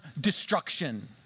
destruction